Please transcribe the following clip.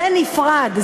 זה נפרד,